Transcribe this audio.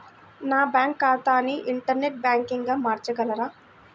నా బ్యాంక్ ఖాతాని ఇంటర్నెట్ బ్యాంకింగ్గా మార్చగలరా?